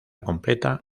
completa